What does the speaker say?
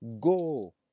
Go